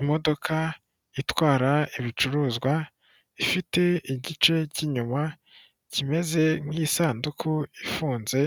Imodoka itwara ibicuruzwa ifite igice cy'inyuma kimeze nk'isanduku ifunze.